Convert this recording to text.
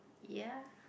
ya